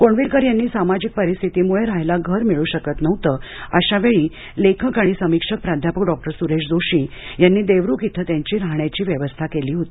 कोंडविलकर यांना सामाजिक परिस्थितीमुळं राहायला घर मिळू शकत नव्हतं अशा वेळी लेखक आणि समीक्षक प्राध्यापक डॉक्टर सुरेश जोशी यांनी देवरूख इथं त्यांची राहण्याची व्यवस्था केली होती